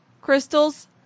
crystals